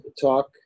talk